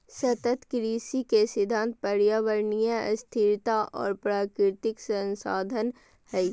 सतत कृषि के सिद्धांत पर्यावरणीय स्थिरता और प्राकृतिक संसाधन हइ